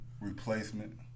replacement